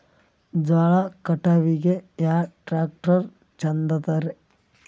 ಜೋಳ ಕಟಾವಿಗಿ ಯಾ ಟ್ಯ್ರಾಕ್ಟರ ಛಂದದರಿ?